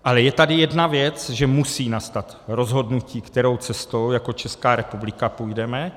Ale je tady jedna věc, že musí nastat rozhodnutí, kterou cestou jako Česká republika půjdeme.